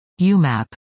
UMAP